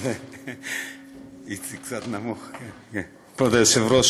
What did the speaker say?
כבוד היושב-ראש,